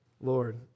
Lord